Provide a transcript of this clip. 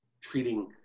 treating